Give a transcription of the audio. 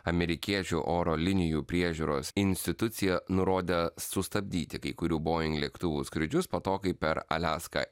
amerikiečių oro linijų priežiūros institucija nurodė sustabdyti kai kurių boeing lėktuvų skrydžius po to kai per aliaską